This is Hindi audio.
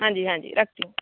हाँ जी हाँ जी रखती हूँ